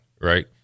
right